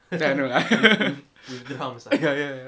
ah no lah ya ya